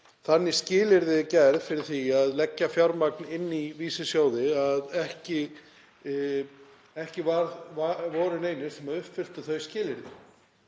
þannig skilyrði gerð fyrir því að leggja fjármagn inn í vísisjóði að það voru ekki neinir sem uppfylltu þau skilyrði.